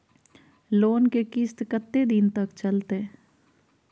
Loan के किस्त कत्ते दिन तक चलते?